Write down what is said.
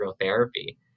therapy